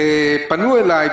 פנו אלי,